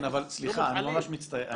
סליחה, אני ממש מצטער.